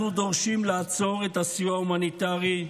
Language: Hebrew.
אנחנו דורשים לעצור את הסיוע ההומניטרי,